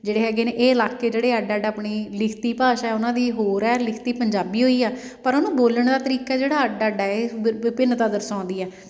ਜਿਹੜੇ ਹੈਗੇ ਨੇ ਇਹ ਇਲਾਕੇ ਜਿਹੜੇ ਅੱਡ ਅੱਡ ਆਪਣੀ ਲਿਖਤੀ ਭਾਸ਼ਾ ਉਹਨਾਂ ਦੀ ਹੋਰ ਹੈ ਲਿਖਤੀ ਪੰਜਾਬੀ ਹੋਈ ਹੈ ਪਰ ਉਹਨੂੰ ਬੋਲਣ ਦਾ ਤਰੀਕਾ ਜਿਹੜਾ ਅੱਡ ਅੱਡ ਹੈ ਇਹ ਵਿਭ ਵਿਭਿੰਨਤਾ ਦਰਸਾਉਂਦੀ ਹੈ